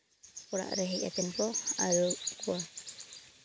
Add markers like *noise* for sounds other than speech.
ᱚᱲᱟᱜ ᱨᱮ ᱦᱮᱡ ᱠᱟᱱᱟ ᱠᱚ *unintelligible*